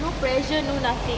no pressure no nothing